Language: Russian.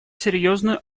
серьезную